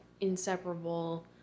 inseparable